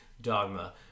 Dogma